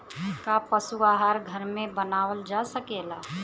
का पशु आहार घर में बनावल जा सकेला?